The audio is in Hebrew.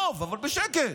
תגנוב, אבל בשקט,